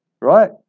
right